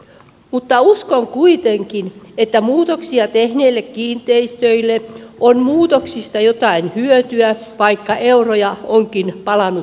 mutta uskon kuitenkin että muutoksia tehneille kiinteistöille on muutoksista jotain hyötyä vaikka euroja onkin palanut pilvin pimein